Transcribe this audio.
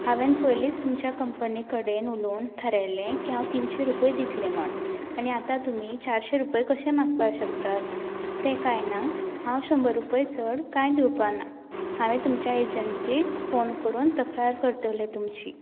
हावें पयलींच तुमच्या कंपनी कडेन उलोवन थारायल्लें की हांव तिनशी रुपया दितलें म्हूण आनी आतां तुमी चारशी रुपय कशे मागपाक शकतात तें काय ना हांव शंबर रुपय चड कांय दिवपाना हांव तुमचे एजेंसीक फोन करून तक्रार करतली तुमची